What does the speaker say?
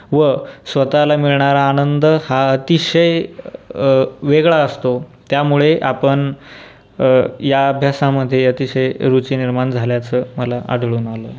व स्वतःला मिळणारा आनंद हा अतिशय वेगळा असतो त्यामुळे आपण या अभ्यासामध्ये अतिशय रुची निर्माण झाल्याचं मला आढळून आलं